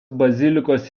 bazilikos